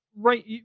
Right